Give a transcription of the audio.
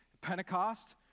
Pentecost